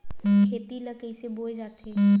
खेती ला कइसे बोय जाथे?